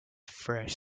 fresh